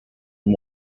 and